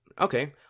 Okay